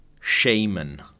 Shaman